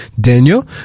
Daniel